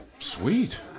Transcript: Sweet